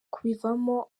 kubivamo